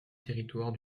territoire